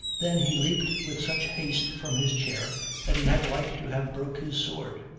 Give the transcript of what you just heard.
than he leaped with such haste from his chair that he had like to have broke his sword,